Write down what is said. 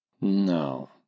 No